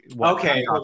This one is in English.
Okay